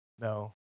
No